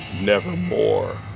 nevermore